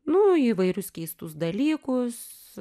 nu įvairius keistus dalykus